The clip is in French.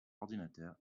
ordinateur